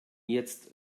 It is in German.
jetzt